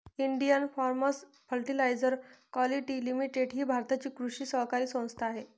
Indian Farmers Fertiliser Quality Limited ही भारताची कृषी सहकारी संस्था आहे